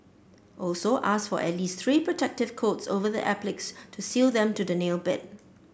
also ask for at least three protective coats over the appliques to seal them to the nail bed